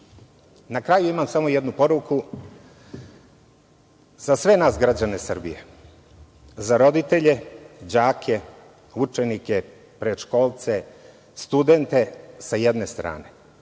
kraju imam samo jednu poruku, za sve nas, građane Srbije, za roditelje, đake, učenike, predškolce, studente, sa jedne strane